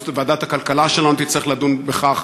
ועדת הכלכלה שלנו תצטרך לדון בכך.